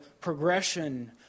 progression